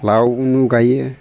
लाव गायो